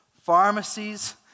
pharmacies